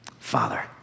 Father